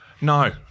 No